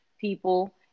people